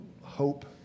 hope